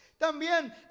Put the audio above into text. También